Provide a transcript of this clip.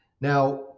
Now